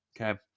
Okay